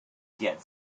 get